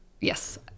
Yes